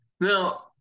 now